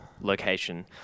location